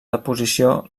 deposició